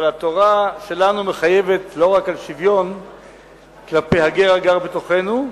אבל התורה שלנו מחייבת לא רק שוויון כלפי הגר הגר בתוכנו,